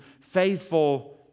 faithful